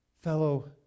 fellow